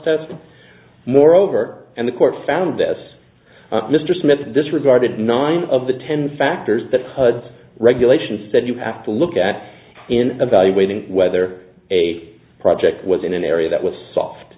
test more overt and the court found as mr smith disregarded nine of the ten factors that hud's regulations said you have to look at in evaluating whether a project was in an area that was soft